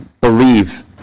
believe